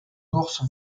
ours